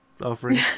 offering